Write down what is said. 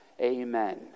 amen